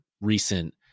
recent